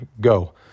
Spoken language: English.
go